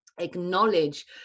acknowledge